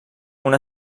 una